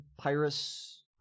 Pyrus